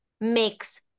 makes